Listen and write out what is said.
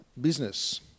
business